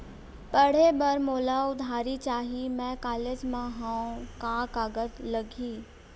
पढ़े बर मोला उधारी चाही मैं कॉलेज मा हव, का कागज लगही?